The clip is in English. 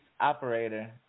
operator